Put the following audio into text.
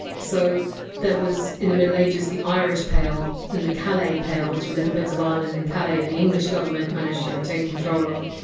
so there was, in the middle ages, the irish pale and the calais pale, which were little bits of ireland and calais that the english government managed to retain control of.